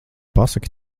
pasaki